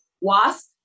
Wasp